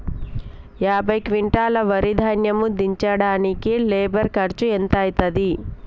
యాభై క్వింటాల్ వరి ధాన్యము దించడానికి లేబర్ ఖర్చు ఎంత అయితది?